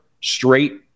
straight